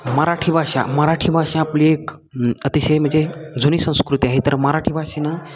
मराठी भाषा मराठी भाषा आपली एक अतिशय म्हणजे जुनी संस्कृती आहे तर मराठी भाषेनं